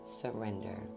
surrender